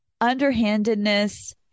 underhandedness